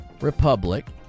Republic